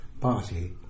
Party